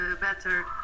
better